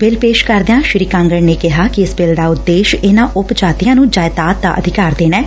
bill ਪੇਸ਼ ਕਰਦਿਆਂ ਸ੍ਰੀ ਕਾਂਗੜ ਨੇ ਕਿਹਾ ਕਿ ਇਸ ਬਿੱਲ ਦਾ ਉਦੇਸ਼ ਇਨਾਂ ਉਪ ਜਾਤੀਆਂ ਨੰ ਜਾਇਦਾਦ ਦਾ ਅਧਿਕਾਰ ਦੇਣਾ ਐ